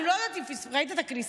אני לא יודעת אם ראית את הכניסה,